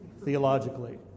theologically